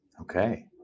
Okay